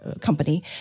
company